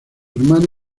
hermano